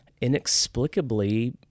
Inexplicably